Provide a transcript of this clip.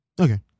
Okay